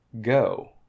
Go